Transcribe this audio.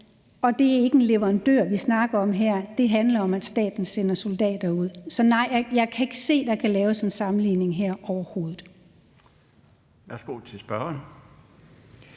Det er ikke en leverandør, vi snakker om her. Det handler om, at staten sender soldater ud. Så nej, jeg kan ikke se, at der kan laves en sammenligning her overhovedet. Kl. 16:11 Den